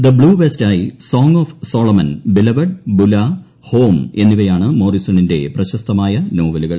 the bluest eye song of Solomon beloved Sula home എന്നിവയാണ് മോറിസണിന്റെ പ്രശസ്തമായ നോവലുകൾ